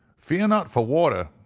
fear not for water,